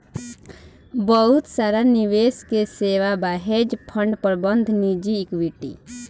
बहुत सारा निवेश के सेवा बा, हेज फंड प्रबंधन निजी इक्विटी